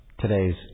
today's